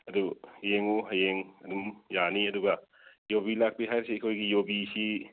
ꯑꯗꯨ ꯌꯦꯡꯎ ꯍꯌꯦꯡ ꯑꯗꯨꯝ ꯌꯥꯅꯤ ꯑꯗꯨꯒ ꯌꯨꯕꯤ ꯂꯥꯛꯄꯤ ꯍꯥꯏꯁꯤ ꯑꯩꯈꯣꯏꯒꯤ ꯌꯨꯕꯤꯁꯤ